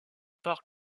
parc